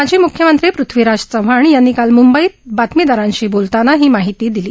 माजी मुख्यमंत्री पृथ्वीराज चव्हाण यांनी काल मुंबईत बातमीदारांशी बोलताना ही माहिती दिली